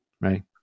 right